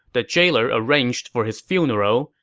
the jailer arranged for his funeral,